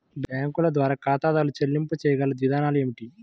బ్యాంకుల ద్వారా ఖాతాదారు చెల్లింపులు చేయగల విధానాలు ఏమిటి?